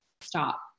stop